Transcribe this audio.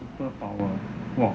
superpower !wah!